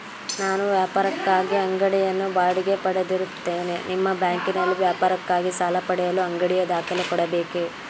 ನಾನು ವ್ಯಾಪಾರಕ್ಕಾಗಿ ಅಂಗಡಿಯನ್ನು ಬಾಡಿಗೆ ಪಡೆದಿರುತ್ತೇನೆ ನಿಮ್ಮ ಬ್ಯಾಂಕಿನಲ್ಲಿ ವ್ಯಾಪಾರಕ್ಕಾಗಿ ಸಾಲ ಪಡೆಯಲು ಅಂಗಡಿಯ ದಾಖಲೆ ಕೊಡಬೇಕೇ?